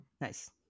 nice